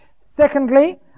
Secondly